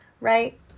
right